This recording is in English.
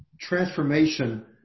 transformation